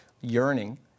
yearning